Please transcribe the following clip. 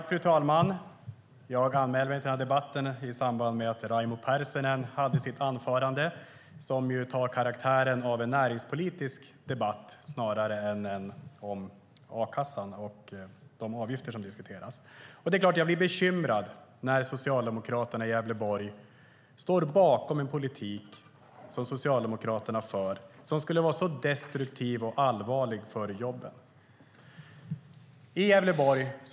Fru talman! Jag anmälde mig till debatten i samband med att Raimo Pärssinen hade sitt anförande, som hade karaktären av näringspolitisk debatt snarare än debatt om a-kassan och de avgifter som diskuteras. Det är klart att jag blir bekymrad när socialdemokraterna i Gävleborg står bakom en politik som skulle vara så destruktiv och allvarlig för jobben. Det är den politiken Socialdemokraterna för.